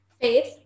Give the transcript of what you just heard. Faith